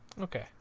Okay